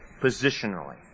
positionally